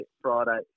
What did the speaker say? Friday